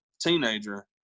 teenager